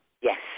yes